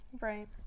right